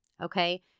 okay